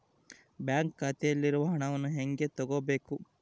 Bank ಖಾತೆಯಲ್ಲಿರುವ ಹಣವನ್ನು ಹೇಗೆ ತಗೋಬೇಕು?